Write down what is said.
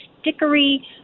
stickery